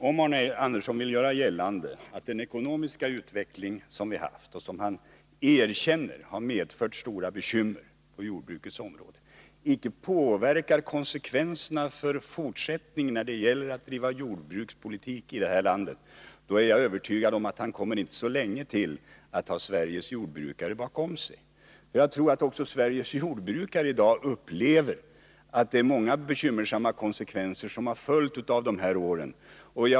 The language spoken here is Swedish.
Herr talman! Om Arne Andersson vill göra gällande att den ekonomiska utvecklingen, som han erkänner har medfört stora bekymmer på jordbrukets område, inte påverkar möjligheterna att i fortsättningen driva jordbrukspolitik i detta land, är jag övertygad om att han inte så länge till kommer att ha Sveriges jordbrukare bakom sig. Jag tror att även Sveriges jordbrukare i dag upplever att många bekymmersamma konsekvenser har följt av dessa år.